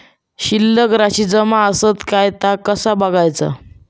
शिल्लक राशी जमा आसत काय ता कसा बगायचा?